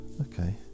Okay